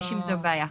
יש עם זה בעיה.